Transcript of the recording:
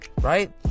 Right